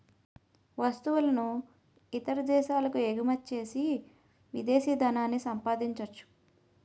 వస్తువులను ఇతర దేశాలకు ఎగుమచ్చేసి విదేశీ ధనాన్ని సంపాదించొచ్చు